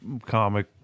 comic